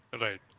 right